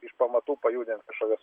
iš pamatų pajudint kažkokias